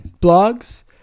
blogs